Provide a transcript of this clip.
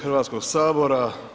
Hrvatskoga sabora.